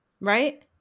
Right